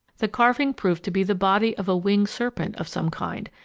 the carving proved to be the body of a winged serpent of some kind,